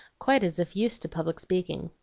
quite as if used to public speaking.